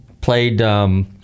played